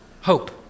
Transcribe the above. hope